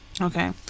Okay